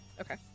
okay